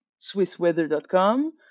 SwissWeather.com